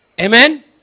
Amen